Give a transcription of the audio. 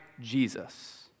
Jesus